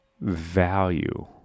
value